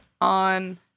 on